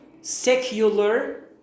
secular